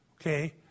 Okay